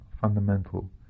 fundamental